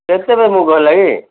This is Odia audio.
କେତେବେଳେ ମୁଗ ହେଲା କି